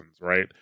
right